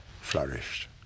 flourished